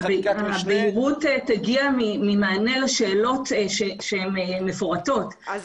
זה חקיקת משנה --- הבהירות תגיע ממענה לשאלות שהן מפורטות,